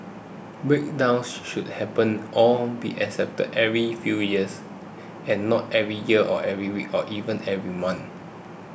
breakdowns should happen on be acceptable every few years and not every year or every week or even every month